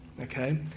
Okay